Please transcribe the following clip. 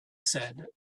said